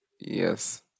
yes